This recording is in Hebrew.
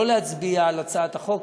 לא להצביע על הצעת החוק.